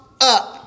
up